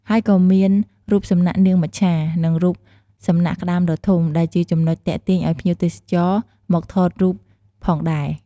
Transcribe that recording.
ហើយក៏មានរូបសំណាកនាងមច្ឆា និងរូបសំណាកក្តាមដ៏ធំ ដែលជាចំណុចទាក់ទាញឲ្យភ្ញៀវទេសចរមកថតរូបផងដែរ។